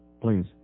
please